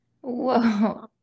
Whoa